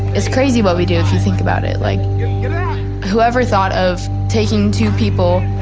it's crazy what we do. you think about it like whoever thought of taking two people